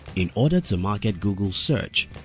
in order to market google search,